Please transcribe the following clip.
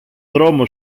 δρόμο